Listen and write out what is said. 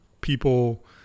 people